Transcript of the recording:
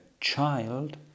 child